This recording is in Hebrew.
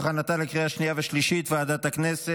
תשעה בעד, אין מתנגדים.